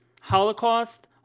Holocaust